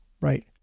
Right